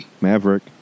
Maverick